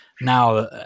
now